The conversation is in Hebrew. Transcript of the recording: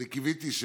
אני קיוויתי,